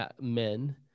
men